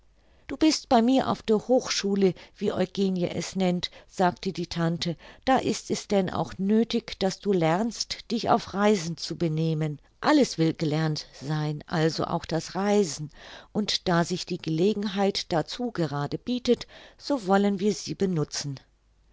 du bist bei mir auf der hochschule wie eugenie es nennt sagte die tante da ist es denn auch nöthig daß du lernst dich auf reisen zu benehmen alles will gelernt sein also auch das reisen und da sich die gelegenheit dazu gerade bietet so wollen wir sie benutzen